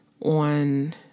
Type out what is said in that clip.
on